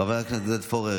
חבר הכנסת פורר,